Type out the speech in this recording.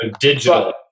digital